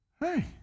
Hey